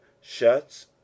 shuts